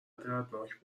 دردناک